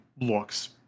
looks